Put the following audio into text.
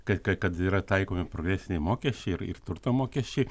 kad kad kad yra taikomi progresiniai mokesčiai ir ir turto mokesčiai